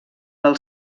del